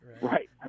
right